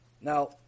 Now